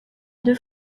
deux